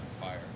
fire